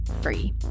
free